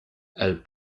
elle